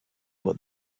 but